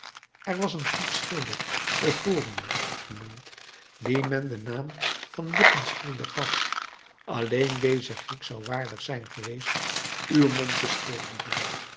er was een grieksch schilder euphorion genoemd dien men den naam van lippen schilder gaf alleen deze griek zou waardig zijn geweest uw mond te schilderen